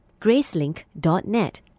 gracelink.net